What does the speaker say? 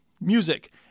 music